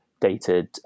Dated